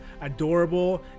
adorable